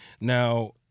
Now